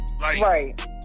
Right